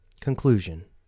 Conclusion